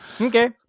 Okay